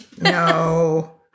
no